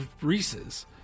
Reese's